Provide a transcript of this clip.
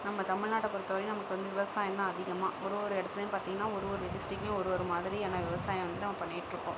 நம்ம தமிழ்நாட்டை பொறுத்தவரையும் நமக்கு வந்து விவசாயம்ந்தான் அதிகமாக ஒரு ஒரு இடத்துலையும் பார்த்தீங்கனா ஒரு ஒரு டிஸ்ட்ரிக்லேயும் ஒரு ஒரு மாதிரியான விவசாயம் வந்து நம்ம பண்ணிக்கிட்டு இருக்கோம்